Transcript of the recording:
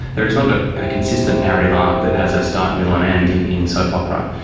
there is not a consistent narrative arc that has a start, middle and end in in soap opera.